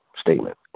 statement